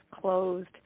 closed